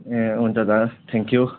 ए हुन्छ दा thank you